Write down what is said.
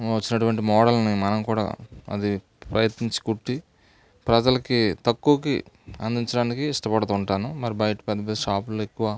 వచ్చినటువంటి మోడల్ని మనం కూడా అది ప్రయత్నించి కుట్టి ప్రజలకి తక్కువకి అందించడానికి ఇష్టపడుతుంటాను మరి బయట పెద్ద పెద్ద షాపుల్లో ఎక్కువ